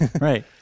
right